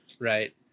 Right